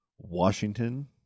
Washington